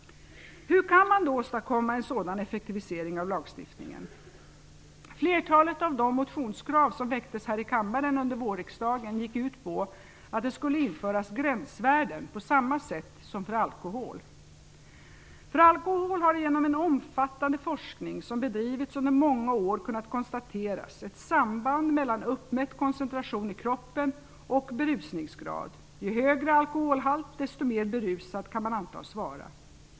Hur kan man då åstadkomma en sådan effektivisering av lagstiftningen? Flertalet av de motionskrav som väcktes här i kammaren under vårriksdagen gick ut på att det skulle införas gränsvärden på samma sätt som för alkohol. För alkohol har genom en omfattande forskning som bedrivits under många år kunnat konstateras ett samband mellan uppmätt koncentration i kroppen och berusningsgrad - ju högre alkoholhalt desto mer berusad kan man antas vara.